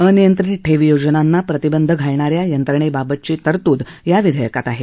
अनियंत्रित ठेवी योजनांना प्रतिबंध घालणाऱ्या यंत्रणेबाबतची तरतृद या विधेयकात आहे